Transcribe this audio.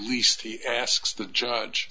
he asks the judge